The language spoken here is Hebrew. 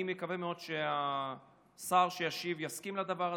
ואני מקווה מאוד שהשר שישיב יסכים לדבר הזה,